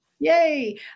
Yay